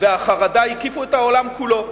והחרדה הקיפו את העולם כולו,